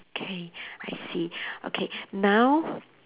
okay I see okay now